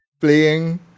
playing